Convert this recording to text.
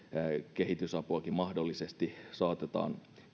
kehitysapuakin mahdollisesti saatetaan